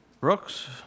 Brooks